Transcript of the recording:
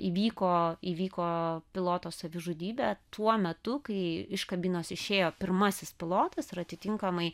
įvyko įvyko piloto savižudybė tuo metu kai iš kabinos išėjo pirmasis pilotas ir atitinkamai